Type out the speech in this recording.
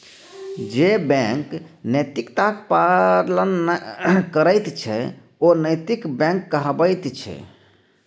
जे बैंक नैतिकताक पालन करैत छै ओ नैतिक बैंक कहाबैत छै